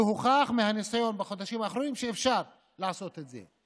כי הוכח מהניסיון בחודשים האחרונים שאפשר לעשות את זה.